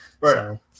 right